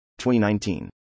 2019